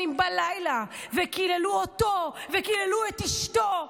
בלילה וקיללו אותו וקיללו את אשתו,